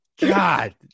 god